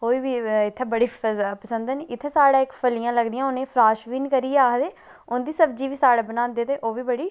ओह्बी बड़ी पसंद न इत्थें साढ़े फल्लियां लगदियां उनेंगी फ्रेश बीन्स आक्खदे उंदी सब्ज़ी बी साढ़े बनांदे ते ओह्बी बड़ी